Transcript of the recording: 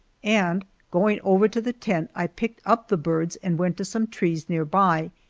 and going over to the tent i picked up the birds and went to some trees near by,